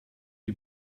die